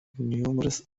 numerous